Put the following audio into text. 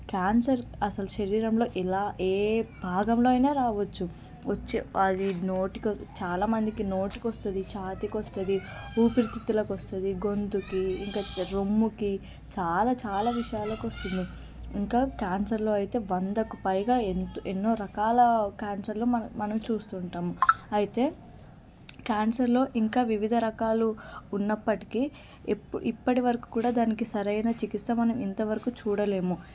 cancer అసలు శరీరంలో ఎలా ఏ భాగంలో అయినా రావచ్చు వచ్చే అది నోటికి చాలామందికి నోటికి వస్తుంది చాతికి వస్తుంది ఊపిరితిత్తులకి వస్తుంది గొంతుకి ఇంకా రొమ్ముకి చాలా చాలా విషయాలకొస్తుంది ఇంకా క్యాన్సర్లో అయితే వందకు పైగా ఎంతో ఎన్నో రకాల క్యాన్సర్లు మనం మనం చూస్తూ ఉంటాము అయితే క్యాన్సర్లో ఇంకా వివిధ రకాలు ఉన్నప్పటికీ ఇప్ ఇప్పటివరకు కూడా దానికి సరైన చికిత్స మనం ఇంతవరకు చూడలేము